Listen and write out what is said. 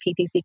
PPC